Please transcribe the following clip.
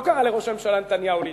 לא קראה לראש הממשלה נתניהו להתפטר,